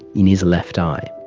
in his left eye.